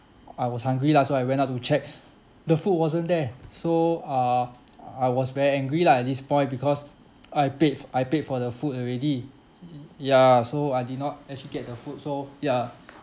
I was hungry lah so I went out to check the food wasn't there so uh I was very angry lah at this point because I paid f~ I paid for the food already ya so I did not actually get the food so ya